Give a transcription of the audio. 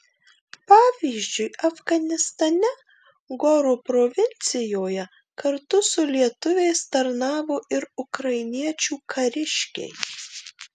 pavyzdžiui afganistane goro provincijoje kartu su lietuviais tarnavo ir ukrainiečių kariškiai